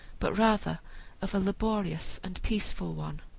but rather of a laborious and peaceful one.